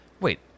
wait